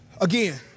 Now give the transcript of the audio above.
Again